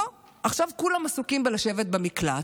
בוא, עכשיו כולם עסוקים בלשבת במקלט,